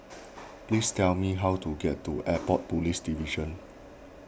please tell me how to get to Airport Police Division